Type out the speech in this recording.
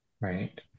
right